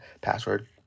password